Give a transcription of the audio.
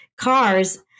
cars